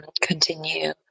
continue